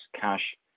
cash